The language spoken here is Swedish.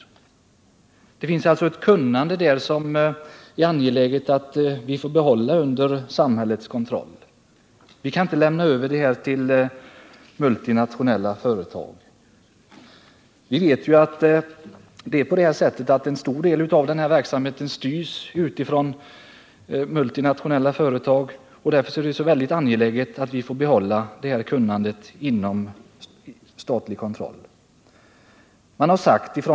Här finns det alltså ett kunnande som det är angeläget att vi får behålla under samhällskontroll. Vi kan inte lämna över det här till multinationella företag. En stor del av verksamheten styrs ju av multinationella företag och därför är det mycket angeläget att vi får behålla kunnandet under statlig kontroll.